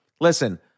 listen